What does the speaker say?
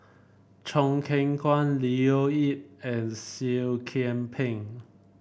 Choo Keng Kwang Leo Yip and Seah Kian Peng